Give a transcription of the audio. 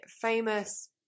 famous